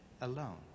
alone